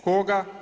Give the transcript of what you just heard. Koga?